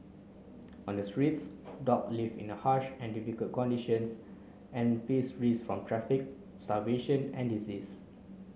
on the streets dog live in harsh and difficult conditions and face risk from traffic starvation and disease